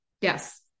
yes